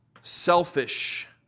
selfish